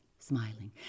smiling